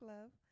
Love